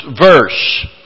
verse